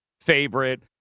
favorite